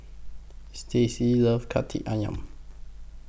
Stacie loves Kaki Ayam